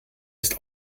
ist